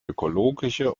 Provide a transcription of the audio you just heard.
ökologische